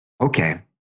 okay